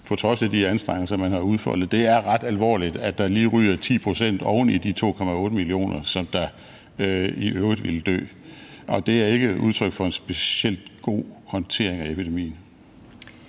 på trods af de anstrengelser, man har udfoldet. Det er ret alvorligt, at der lige ryger 10 pct. oven i de 2,8 millioner, der i øvrigt ville dø, og det er ikke udtryk for en specielt god håndtering af epidemien.